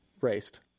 raced